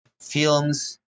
films